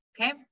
okay